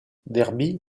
derby